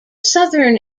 southern